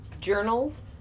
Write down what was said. journals